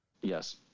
Yes